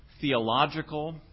theological